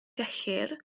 gellir